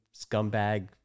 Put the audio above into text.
scumbag